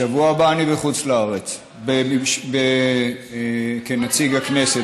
בשבוע הבא אני בחוץ לארץ כנציג הכנסת.